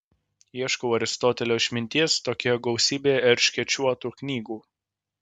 ieškau aristotelio išminties tokioje gausybėje erškėčiuotų knygų